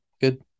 Good